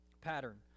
Pattern